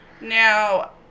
Now